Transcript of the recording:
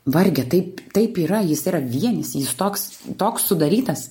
varge taip taip yra jis yra vienis jis toks toks sudarytas